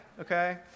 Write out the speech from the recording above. okay